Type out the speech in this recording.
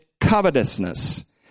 covetousness